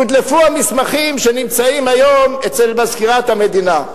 יודלפו המסמכים שנמצאים היום אצל מזכירת המדינה.